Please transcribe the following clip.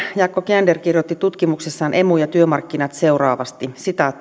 jaakko kiander kirjoitti tutkimuksessaan emu ja työmarkkinat seuraavasti